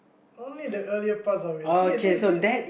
only the earlier parts of it see see see